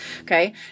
okay